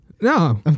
No